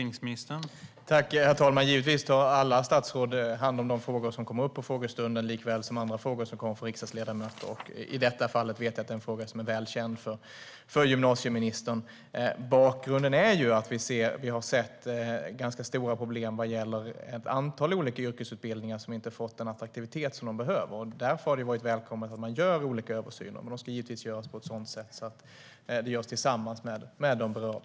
Herr talman! Givetvis tar alla statsråd hand om de frågor som kommer upp på frågestunden likväl som andra frågor som kommer från riksdagsledamöter. I detta fall vet jag att det är en fråga som är väl känd för gymnasieministern. Bakgrunden är att vi har sett ganska stora problem vad gäller ett antal olika yrkesutbildningar som inte fått den attraktivitet som de behöver. Därför har det varit välkommet att man gör olika översyner. Men de ska givetvis göras tillsammans med de berörda.